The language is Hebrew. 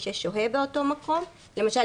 שנייה,